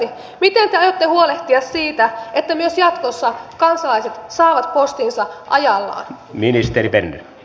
miten te aiotte huolehtia siitä että myös jatkossa kansalaiset saavat postinsa ajallaan